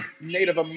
Native